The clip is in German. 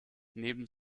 neben